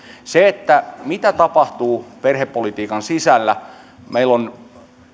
se mitä tapahtuu perhepolitiikan sisällä meillä on